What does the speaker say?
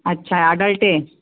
ಅಚ್ಚಾ ಅಡಾಲ್ಟಿ